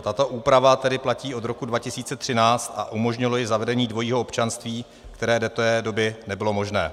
Tato úprava tedy platí od roku 2013 a umožnilo ji zavedení dvojího občanství, které do té doby nebylo možné.